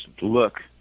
look